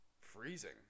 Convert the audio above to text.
freezing